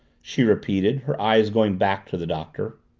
she repeated, her eyes going back to the doctor.